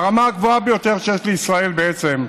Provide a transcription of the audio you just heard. ברמה הגבוהה ביותר שיש לישראל, בעצם,